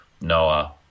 Noah